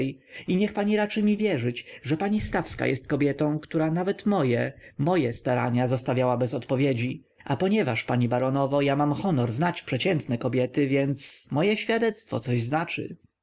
obcej i niech pani raczy mi wierzyć że pani stawska jest kobietą która nawet moje moje starania zostawiała bez odpowiedzi a ponieważ pani baronowo ja mam honor znać przeciętne kobiety więc moje świadectwo coś znaczy